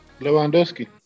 Lewandowski